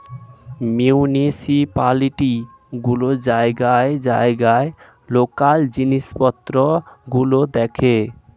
municipality গুলো জায়গায় জায়গায় লোকাল জিনিসপত্র গুলো দেখে